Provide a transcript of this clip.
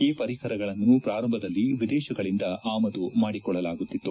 ಈ ವರಿಕರಗಳನ್ನು ಪ್ರಾರಂಭದಲ್ಲಿ ವಿದೇಶಗಳಿಂದ ಆಮದು ಮಾಡಿಕೊಳ್ಳಲಾಗುತ್ತಿತ್ತು